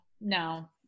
no